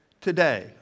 today